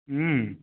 हुँ